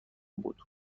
بود